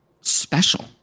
special